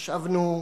חשבנו: